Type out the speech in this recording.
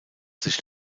sich